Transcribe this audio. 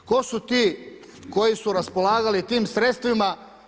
Tko su ti koji su raspolagali tim sredstvima?